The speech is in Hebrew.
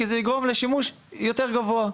כי זה יגרום לשימוש יותר גבוה?